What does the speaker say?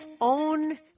own